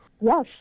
Yes